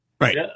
Right